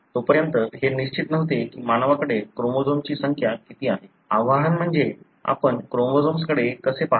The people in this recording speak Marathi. तोपर्यंत हे निश्चित नव्हते की मानवाकडे क्रोमोझोम्सची संख्या किती आहे आव्हान म्हणजे आपण क्रोमोझोम्सकडे कसे पाहता